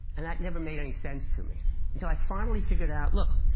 and that never made any sense to me until i finally figured out look.